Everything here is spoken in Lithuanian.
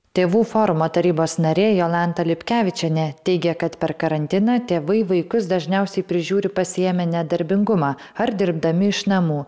tėvų forumo tarybos narė jolanta lipkevičienė teigė kad per karantiną tėvai vaikus dažniausiai prižiūri pasiėmę nedarbingumą ar dirbdami iš namų